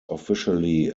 officially